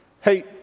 hey